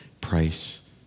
price